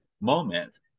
moment